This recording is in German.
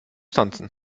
tanzen